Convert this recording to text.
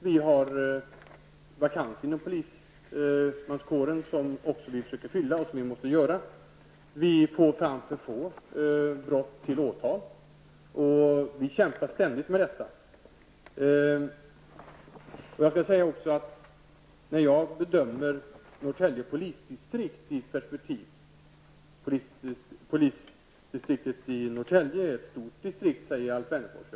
Det finns vakanser inom polismannakåren, som vi försöker fylla. För få brott förs fram till åtal. Vi kämpar ständigt med detta. Avslutningsvis skulle jag vilja kommentera Norrtälje polisdistrikt i ett större perspektiv. Alf Wennerfors säger att polisdistriktet i Norrtälje är stort.